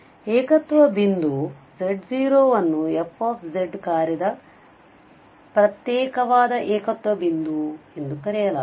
ಆದ್ದರಿಂದ ಏಕತ್ವ ಬಿಂದು z0 ಅನ್ನು f ಕಾರ್ಯದ ಪ್ರತ್ಯೇಕವಾದ ಏಕತ್ವ ಬಿಂದು ಎಂದು ಕರೆಯಲಾಗುತ್ತದೆ